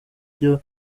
by’ibyo